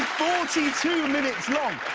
forty two minutes long.